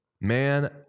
Man